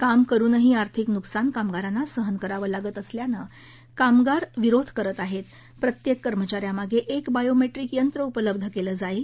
काम करूनही आर्थिक नुकसान कामगारांना सहन करावं लागत असल्यानं कामगार विरोध करत आहत प्रत्यक्तिकर्मचाऱ्यामागक्कि बायोमट्रिक यंत्र उपलब्ध क्लि जाईल